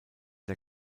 der